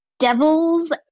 devils